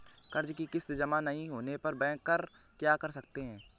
कर्ज कि किश्त जमा नहीं होने पर बैंकर क्या कर सकते हैं?